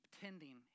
tending